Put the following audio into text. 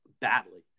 badly